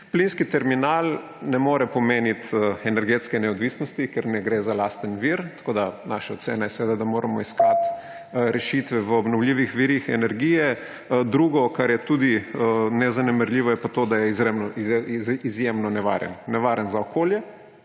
Plinski terminal ne more pomeniti energetske neodvisnosti, ker ne gre za lasten vir, naša ocena je, da moramo iskati rešitve v obnovljivih virih energije. Drugo, kar je tudi nezanemarljivo, je pa to, da je izjemno nevaren. Nevaren